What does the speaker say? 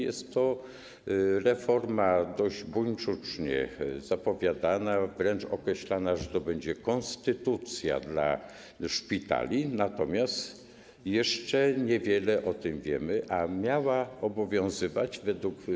Jest to reforma dość buńczucznie zapowiadana, wręcz określana, że to będzie konstytucja dla szpitali, natomiast jeszcze niewiele o tym wiemy, a miała obowiązywać według.